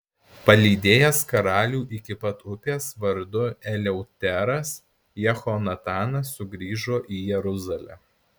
palydėjęs karalių iki pat upės vardu eleuteras jehonatanas sugrįžo į jeruzalę